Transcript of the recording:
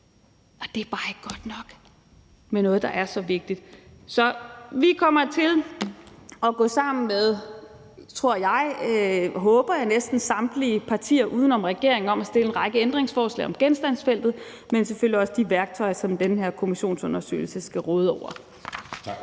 Og det er bare ikke godt nok i en sag, der er så vigtig. Så vi kommer til at gå sammen med – tror og håber jeg – næsten samtlige partier uden om regeringen om at stille en række ændringsforslag om genstandsfeltet, men selvfølgelig også om de værktøjer, som man i forbindelse med den her kommissionsundersøgelse skal råde over.